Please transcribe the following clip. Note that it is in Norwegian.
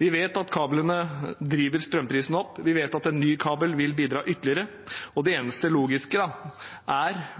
Vi vet at kablene driver strømprisen opp, og vi vet at en ny kabel vil bidra ytterligere. Det eneste logiske da, om man ikke bevisst holder norske strømforbrukere og ikke minst industrien for narr, er